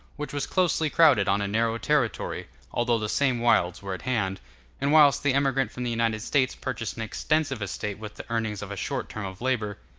which was closely crowded on a narrow territory, although the same wilds were at hand and whilst the emigrant from the united states purchased an extensive estate with the earnings of a short term of labor,